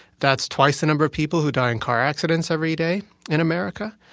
that's twice the number of people who die in car accidents every day in america.